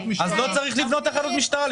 --- אז לא צריך לבנות תחנות משטרה?